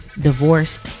Divorced